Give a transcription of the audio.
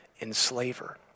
enslaver